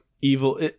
evil